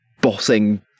bossing